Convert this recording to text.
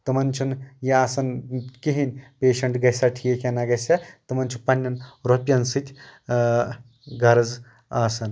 تِمن چھُ نہٕ یہِ آسان کِہیٖنٛۍ تہِ پیٚشنٛٹ گژھِ یا ٹھیٖک نہ گژھہِ یا تِمن چھُ پَنٕنٮ۪ن رۄپین سۭتۍ غرٕز آسان